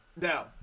Now